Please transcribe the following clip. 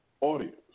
audience